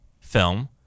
film